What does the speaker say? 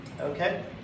Okay